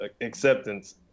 acceptance